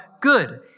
Good